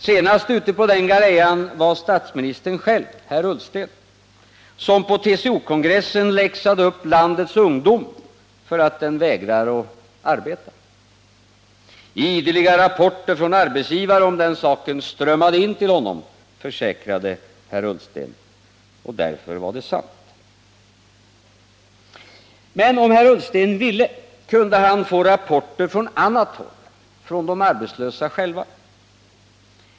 Senast ute på den galejan var statsministern själv, herr Ullsten, som på TCO-kongressen läxade upp landets ungdom för att den vägrade arbeta. Ideliga rapporter från arbetsgivare om den saken strömmade in till honom, försäkrade herr Ullsten, och därför är det sant, menade han. Men om herr Ullsten ville, kunde han få rapporter från annat håll, från de arbetslösa själva.